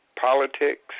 politics